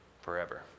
forever